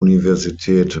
universität